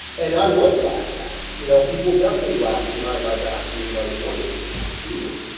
and i was laughed at. you know people definitely laughed behind my back being like, what is this guy doing?